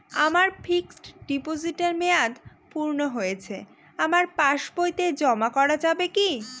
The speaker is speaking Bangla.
আমার ফিক্সট ডিপোজিটের মেয়াদ পূর্ণ হয়েছে আমার পাস বইতে জমা করা যাবে কি?